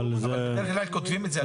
אבל בדרך כלל כותבים את זה.